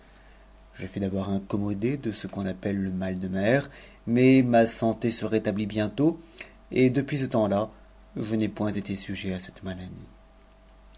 je fus d'abord incommodé de ce qu'on appelle mal de mer mais ma santé se rétablit bientôt et depuis ce temps-là je n'ai point été sujet à cette maladie